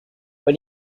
when